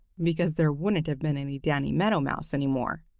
because there wouldn't have been any danny meadow mouse any more.